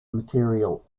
material